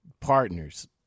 partners